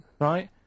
Right